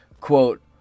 quote